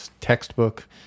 textbook